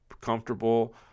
comfortable